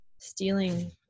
stealing